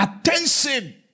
attention